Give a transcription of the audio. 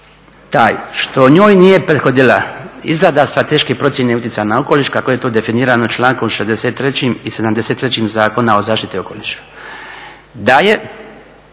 taj što njoj nije prethodila izrada strateške procjene utjecaja na okoliš kako je to definirano člankom 63. i 73. Zakona o zaštiti okoliša. Da je